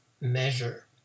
measure